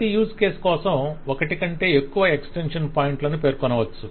ప్రతి use case కోసం ఒకటి కంటే ఎక్కువ ఎక్స్టెన్షన్ పాయింట్ల ను పేర్కొనవచ్చు